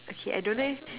okay I don't know leh